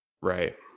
Right